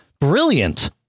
brilliant